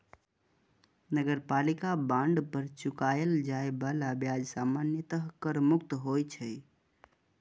नगरपालिका बांड पर चुकाएल जाए बला ब्याज सामान्यतः कर मुक्त होइ छै